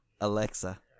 Alexa